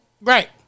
Right